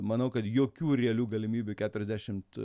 manau kad jokių realių galimybių keturiasdešimt